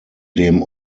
dem